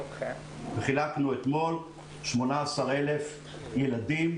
חילקנו אתמול מזון ל-18,000 ילדים,